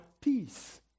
peace